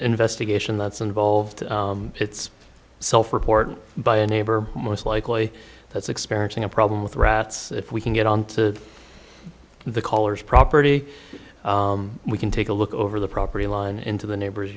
investigation that's involved it's self reported by a neighbor most likely that's experiencing a problem with rats if we can get on to the caller's property we can take a look over the property line into the neighbor's